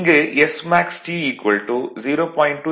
இங்கு smaxT 0